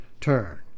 turn